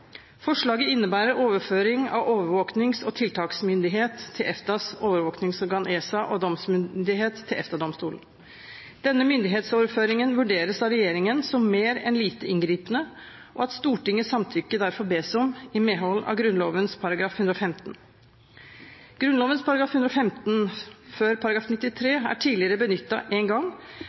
Forslaget innebærer overføring av overvåknings- og tiltaksmyndighet til EFTAs overvåkningsorgan ESA og domsmyndighet til EFTA-domstolen. Denne myndighetsoverføringen vurderes av regjeringen som mer enn lite inngripende, og det bes derfor om Stortingets samtykke i medhold av Grunnloven § 115. Grunnloven § 115, før § 93, er tidligere benyttet én gang,